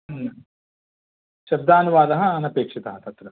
शब्दानुवादः अनपेक्षितः तत्र